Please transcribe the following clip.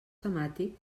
temàtic